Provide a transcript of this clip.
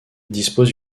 dispose